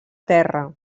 terra